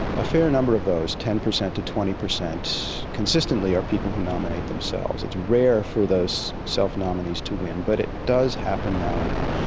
a fair number of those, ten percent to twenty percent consistently are people who nominate themselves. it's a rare for those self-nominees to win, but it does happen now and then.